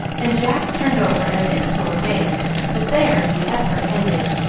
and jack turned over as if to obey but there the effort ended,